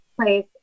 place